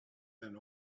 then